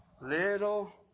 Little